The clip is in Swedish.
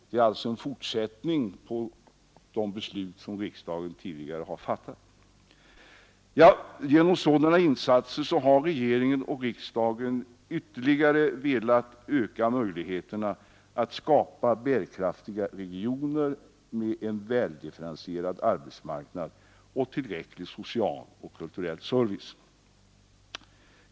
Det är alltså en fortsättning på de beslut som riksdagen tidigare har fattat. Genom sådana insatser har regeringen och riksdagen ytterligare velat öka möjligheterna att skapa bärkraftiga regioner med en väl differentierad arbetsmarknad och en tillräcklig social och kulturell service.